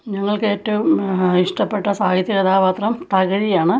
ഞങ്ങൾക്ക് ഏറ്റവും ഇഷ്ടപ്പെട്ട സാഹിത്യകഥാപാത്രം തകഴിയാണ്